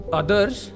others